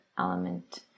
element